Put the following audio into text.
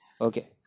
okay